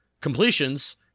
completions